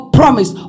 promise